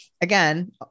again